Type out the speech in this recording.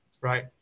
right